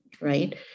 right